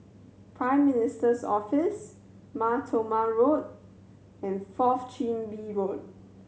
Prime Minister's Office Mar Thoma Road and Fourth Chin Bee Road